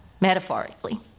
metaphorically